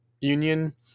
union